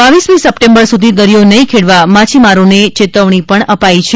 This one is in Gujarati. બાવીસમી સપ્ટેમ્બર સુધી દરિયો નહી ખેડવા માછીમારોને ચેતવણી અપાઇ છે